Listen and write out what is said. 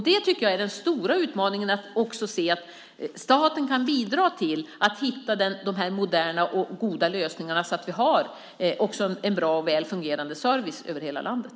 Den stora utmaningen är också att se att staten kan bidra till att hitta dessa moderna och goda lösningar så att vi också har en bra och väl fungerande service över hela landet.